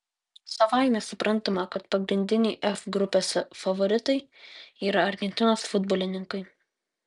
savaime suprantama kad pagrindiniai f grupės favoritai yra argentinos futbolininkai